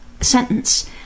sentence